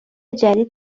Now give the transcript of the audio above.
جدید